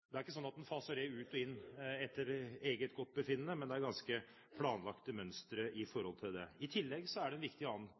Det er ikke sånn at man faser det ut og inn etter eget forgodtbefinnende, men det er ganske planlagte mønstre for det. I